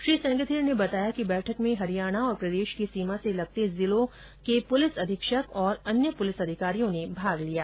श्री सेंगथिर ने बताया कि बैठक में हरियाणा और प्रदेश की सीमा से लगते जिलों पुलिस अधीक्षक और अन्य पुलिस अधिकारियों ने भाग लिया